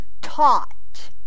taught